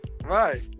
Right